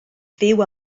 fyw